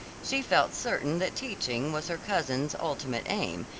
she felt certain that teaching was her cousin's ultimate aim,